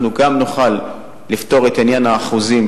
אנחנו גם נוכל לפתור את עניין האחוזים,